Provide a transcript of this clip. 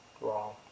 Wrong